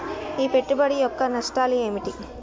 ఈ పెట్టుబడి యొక్క నష్టాలు ఏమిటి?